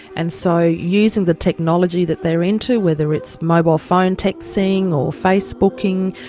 and so using the technology that they're into, whether it's mobile phone texting or facebooking,